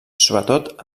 sobretot